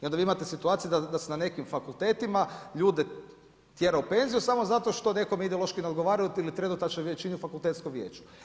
I onda vi imate situaciju da se na nekim fakultetima, ljude tjera u penziju, samo zato što nekome ideološki ne odgovara ili trenutačno ne čini fakultetsko vijeće.